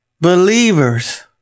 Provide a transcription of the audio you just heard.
believers